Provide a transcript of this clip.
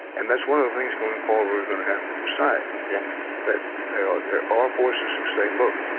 and that's one of the things, going forward, we're going to have to decide, yeah that there are forces who say, look,